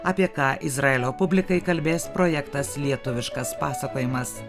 apie ką izraelio publikai kalbės projektas lietuviškas pasakojimas